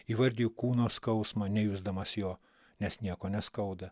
įvardiju kūno skausmą nejusdamas jo nes nieko neskauda